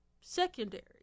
secondary